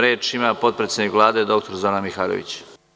Reč ima potpredsednik Vlade dr Zorana Mihajlović.